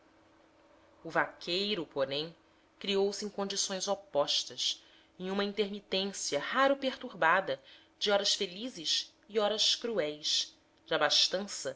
o vaqueiro porém criou se em condições opostas em uma intermitência raro perturbada de horas felizes e horas cruéis de abastança